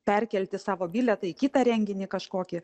perkelti savo bilietą į kitą renginį kažkokį